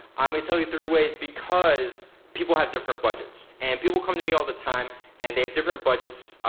i'm gonna tell you three ways because people have different budgets, and people come to me all the time and they have different budgets.